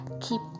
keep